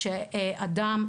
שאדם,